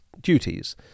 duties